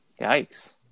Yikes